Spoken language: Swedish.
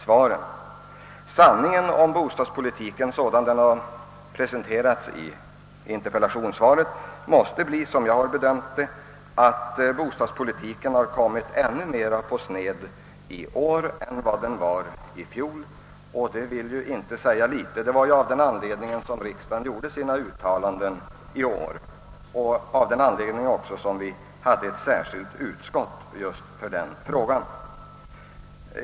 Sanningen om bostadspolitiken sådan den presenterats i interpellationssvaret måste, som jag bedömer det, bli att bostadspolitiken i år har kommit ännu mer på sned än i fjol — och det vill ju inte säga så litet. Snedvridningen i fjol var anledningen till att riksdagen även i år gjorde särskilda uttalanden. Det var också av den anledningen som vi hade ett särskilt utskott för behandlingen av just den frågan.